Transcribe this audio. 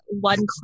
one